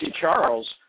Charles